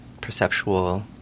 perceptual